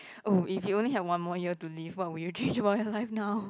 oh if you only had one more year to live what would you change about your life now